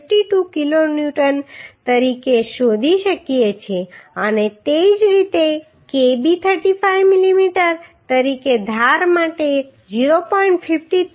52 kilonewton તરીકે શોધી શકીએ છીએ અને તે જ રીતે kb 35 mm તરીકે ધાર માટે 0